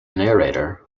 narrator